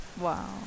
Wow